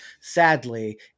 sadly